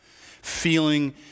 Feeling